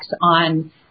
on